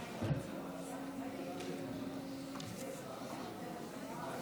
זה יכול